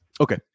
Okay